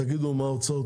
תגידו מה ההוצאות,